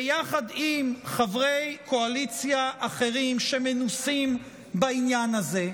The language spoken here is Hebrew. ביחד עם חברי קואליציה אחרים שמנוסים בעניין הזה,